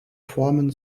formen